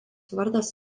vardas